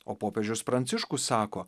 o popiežius pranciškus sako